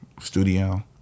Studio